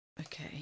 Okay